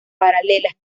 paralelas